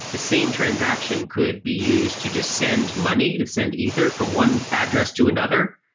the same transaction could be used to just send money, to send ether from one address to another,